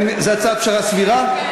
זאת הצעת פשרה סבירה?